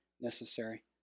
necessary